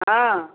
हँ